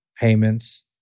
payments